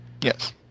Yes